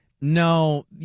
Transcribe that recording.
no